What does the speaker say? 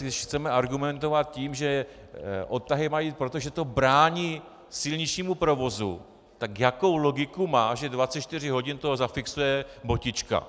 Když chceme argumentovat tím, že odtahy mají být, protože to brání silničnímu provozu, tak jakou logiku má, že 24 hodin to zafixuje botička?